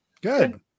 Good